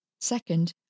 Second